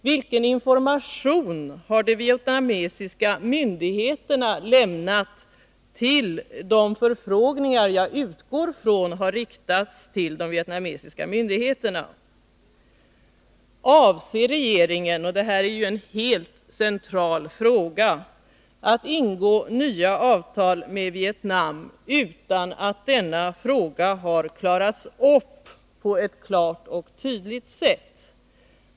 Vilken information har de vietnamesiska myndigheterna lämnat på de förfrågningar som jag utgår från att man har riktat till dem? Avser regeringen — och det är en central fråga — att ingå nya avtal med Vietnam utan att förhållandena i Bai Bang har retts ut på ett klart och tydligt sätt?